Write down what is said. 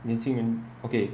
年轻人 okay